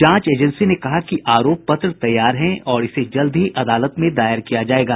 जांच एजेंसी ने कहा कि आरोप पत्र तैयार है और इसे जल्द ही अदालत में दायर किया जायेगा